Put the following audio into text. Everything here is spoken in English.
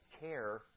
care